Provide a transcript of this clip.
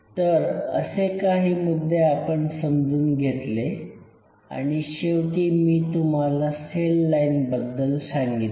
तर असे काही मुद्दे आपण समजून घेतले आणि शेवटी मी तुम्हाला सेल लाइनबद्दल सांगितले